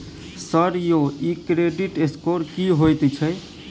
Sir यौ इ credit score की होयत छै?